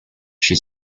she